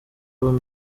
uwo